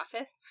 office